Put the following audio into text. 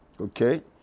okay